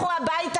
לכו הביתה.